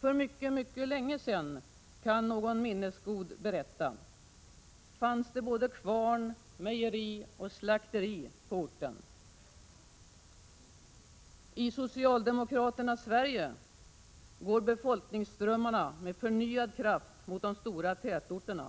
För mycket, mycket länge sedan, kan någon minnesgod berätta, fanns det både kvarn, mejeri och slakteri på orten. I socialdemokraternas Sverige går befolkningsströmmarna med förnyad kraft mot de stora tätorterna.